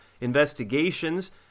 investigations